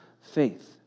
faith